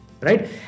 right